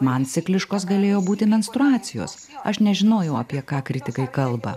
man cikliškos galėjo būti menstruacijos aš nežinojau apie ką kritikai kalba